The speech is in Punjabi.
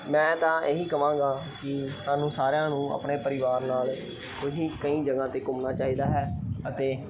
ਮੈਂ ਤਾਂ ਇਹ ਹੀ ਕਹਾਂਗਾ ਕਿ ਸਾਨੂੰ ਸਾਰਿਆਂ ਨੂੰ ਆਪਣੇ ਪਰਿਵਾਰ ਨਾਲ ਤੁਸੀਂ ਕਈ ਜਗ੍ਹਾ 'ਤੇ ਘੁੰਮਣਾ ਚਾਹੀਦਾ ਹੈ ਅਤੇ